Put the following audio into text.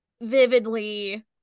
vividly